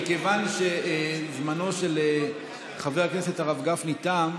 כיוון שזמנו של חבר הכנסת הרב גפני תם,